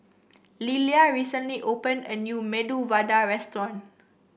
Lillia recently open a new Medu Vada Restaurant